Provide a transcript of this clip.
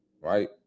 right